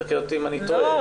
תקן אותי אם אני טועה.